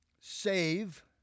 save